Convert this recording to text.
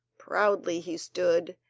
proudly he stood,